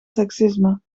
seksisme